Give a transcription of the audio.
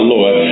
Lord